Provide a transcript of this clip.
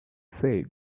say